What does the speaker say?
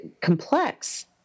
complex